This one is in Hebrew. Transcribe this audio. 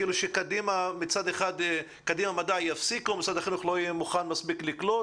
שקדימה מסע יפסיק ומשרד החינוך לא שיהיה מוכן לקלוט?